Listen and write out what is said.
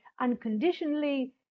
unconditionally